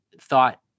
thought